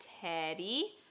Teddy